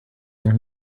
their